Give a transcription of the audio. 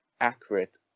accurate